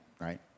right